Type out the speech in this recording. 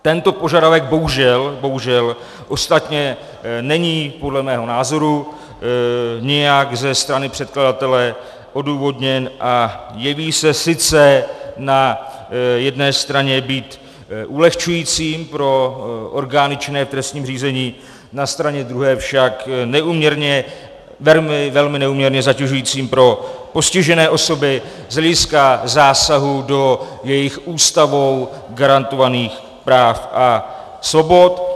Tento požadavek bohužel, bohužel, ostatně není podle mého názoru nijak ze strany předkladatele odůvodněn a jeví se sice na jedné straně být ulehčujícím pro orgány činné v trestním řízení, na straně druhé však velmi neúměrně zatěžujícím pro postižené osoby z hlediska zásahu do jejich Ústavou garantovaných práv a svobod.